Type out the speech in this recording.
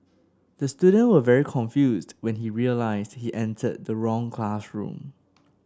the student was very confused when he realised he entered the wrong classroom